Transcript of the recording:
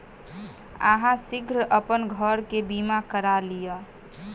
अहाँ शीघ्र अपन घर के बीमा करा लिअ